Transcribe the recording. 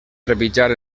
trepitjar